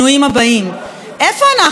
איפה אנחנו, בעולם התחתון?